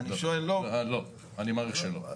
אני מעריך שלא.